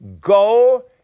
go